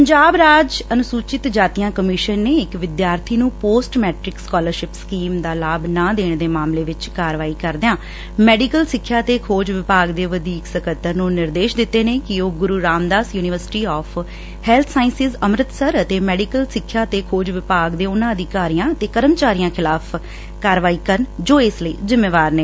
ਪੰਜਾਬ ਰਾਜ ਅਨੁਸੂਚਿਤ ਜਾਤੀਆਂ ਕਮਿਸ਼ਨ ਨੇ ਇਕ ਵਿਦਿਆਰਬੀ ਨੂੰ ਪੋਸਟ ਮੈਟ੍ਕਿ ਸ਼ਕਾਲਰਸ਼ਿਪ ਸਕੀਮ ਦਾ ਲਾਭ ਨਾ ਦੇਣ ਦੇ ਮਾਮਲੇ ਵਿੱਚ ਕਾਰਵਾਈ ਕਰਦਿਆਂ ਮੈਡੀਕਲ ਸਿੱਖਿਆ ਤੇ ਖੋਜ ਵਿਭਾਗ ਦੇ ਵਧੀਕ ਸਕੱਤਰ ਨੂੰ ਨਿਰਦੇਸ਼ ਦਿੱਤੇ ਨੇ ਕਿ ਉਹ Guru Ramdas university of health sciences Amritsar ਅਤੇ ਸੈਡੀਕਲ ਸਿੱਖਿਆ ਤੇ ਖੋਜ ਵਿਭਾਗ ਦੇ ਉਨਾਂ ਅਧਿਕਾਰੀਆਂ ਤੇ ਕਾਰਮਚਾਰੀਆਂ ਖਿਲਾਫ਼ ਕਾਰਵਾਈ ਕਰਨ ਜੋ ਇਸ ਲਈ ਜਿੰਮੇਵਾਰ ਨੇ